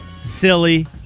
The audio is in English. silly